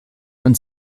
man